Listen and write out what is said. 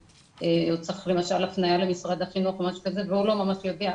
הוא צריך למשל הפנייה למשרד החינוך או משהו כזה והוא לא ממש יודע,